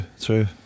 true